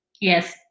Yes